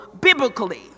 biblically